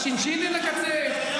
לשינשינים לקצץ?